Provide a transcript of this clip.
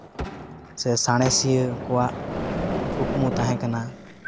ᱥᱮ ᱥᱟᱬᱮᱥᱤᱭᱟᱹ ᱠᱚᱣᱟᱜ ᱠᱩᱠᱢᱩ ᱛᱟᱦᱮᱸ ᱠᱟᱱᱟ